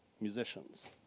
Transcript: musicians